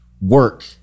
work